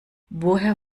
woher